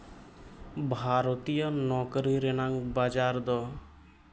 ᱵᱷᱟᱨᱚᱛᱤᱭᱚ ᱱᱚᱠᱨᱤ ᱨᱮᱱᱟᱝ ᱵᱟᱡᱟᱨ ᱫᱚ